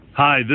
Hi